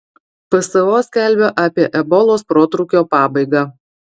pso skelbia apie ebolos protrūkio pabaigą